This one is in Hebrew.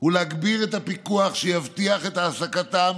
ולהגביר את הפיקוח שיבטיח את העסקתם